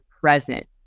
present